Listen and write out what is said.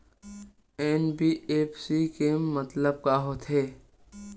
NBFC के मतलब का होथे?